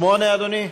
7, אדוני?